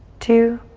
two,